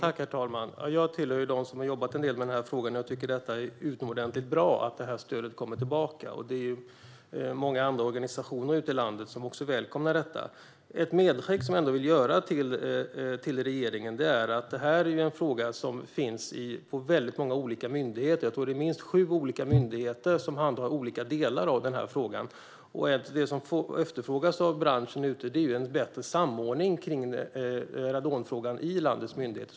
Herr talman! Jag tillhör dem som har jobbat en del med dessa frågor, och jag tycker att det är utomordentligt bra att detta stöd kommer tillbaka. Många organisationer ute i landet välkomnar också detta. Ett medskick som jag ändå vill göra till regeringen är att detta är en fråga som hanteras av väldigt många olika myndigheter. Jag tror att det är minst sju olika myndigheter som handhar olika delar av frågan. Det som efterfrågas av branschen är en bättre samordning kring radonfrågan vid landets myndigheter.